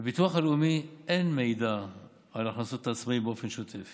לביטוח הלאומי אין מידע על הכנסות העצמאים באופן שוטף